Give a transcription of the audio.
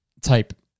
type